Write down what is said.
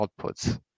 outputs